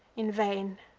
in vain!